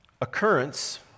occurrence